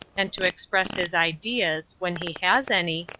and to express his ideas, when he has any,